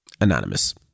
Anonymous